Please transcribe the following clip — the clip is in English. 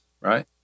right